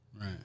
Right